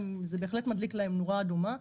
זה בהחלט מדליק להם נורה אדומה.